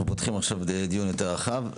אנחנו פותחים עכשיו דיון יותר רחב.